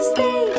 Stay